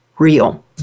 real